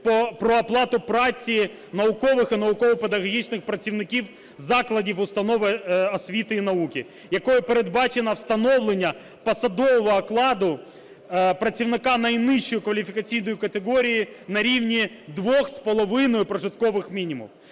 про оплату праці наукових і науково-педагогічних працівників закладів і установ освіти і науки, якою передбачено встановлення посадового окладу працівника найнижчої кваліфікаційної категорії на рівні 2,5 прожиткових мінімуми.